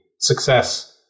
success